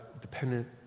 dependent